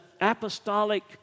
apostolic